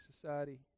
society